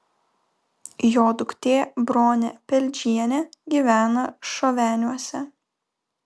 jo duktė bronė peldžienė gyvena šoveniuose